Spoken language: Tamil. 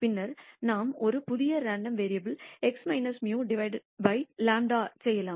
பின்னர் நாம் ஒரு புதிய ரேண்டம் வேரியபுல் x μ by σ செய்யலாம்